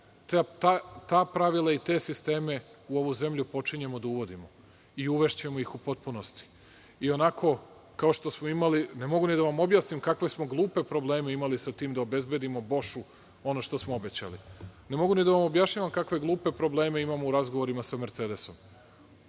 ta pravila i te sisteme da počnemo da uvodimo u ovu zemlju i uvešćemo ih u potpunosti. Ionako, kao što smo imali, ne mogu ni da vam objasnim kakve smo glupe probleme imali sa tim da obezbedimo „Bošu“ ono što smo obećali. Ne mogu da objašnjavam kakve glupe probleme imamo u razgovorima sa „Mercedesom“.